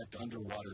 underwater